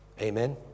Amen